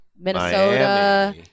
Minnesota